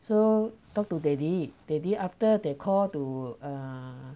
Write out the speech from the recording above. so talk to daddy daddy after they call to err